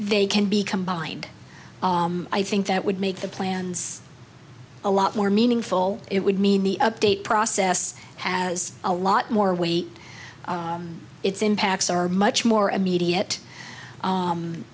they can be combined i think that would make the plans a lot more meaningful it would mean the update process has a lot more weight its impacts are much more immediate